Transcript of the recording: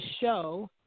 show